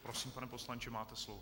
Prosím, pane poslanče, máte slovo.